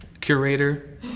Curator